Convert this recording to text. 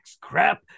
crap